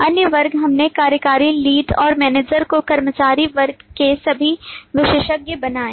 अन्य वर्ग हमने कार्यकारी लीड और मैनेजर को कर्मचारी वर्ग के सभी विशेषज्ञ बनाए